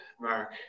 mark